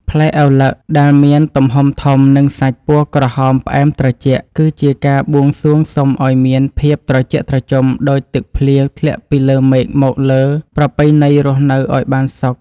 ផ្លែឪឡឹកដែលមានទំហំធំនិងសាច់ពណ៌ក្រហមផ្អែមត្រជាក់គឺជាការបួងសួងសុំឱ្យមានភាពត្រជាក់ត្រជុំដូចទឹកភ្លៀងធ្លាក់ពីលើមេឃមកលើប្រពៃណីរស់នៅឱ្យបានសុខ។